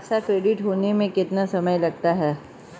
पैसा क्रेडिट होने में कितना समय लगता है?